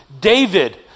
David